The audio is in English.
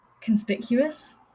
conspicuous